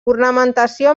ornamentació